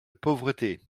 pauvreté